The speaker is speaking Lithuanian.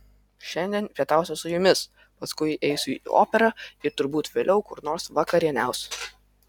šiandien pietausiu su jumis paskui eisiu į operą ir turbūt vėliau kur nors vakarieniausiu